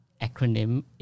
acronym